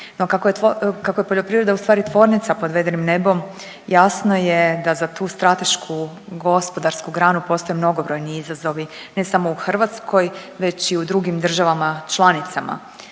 kako je poljoprivreda ustvari tvornica pod vedrim nebom, jasno je da za tu stratešku gospodarsku granu postoje mnogobrojni izazovi, ne samo u Hrvatskoj već i u drugim državama članicama.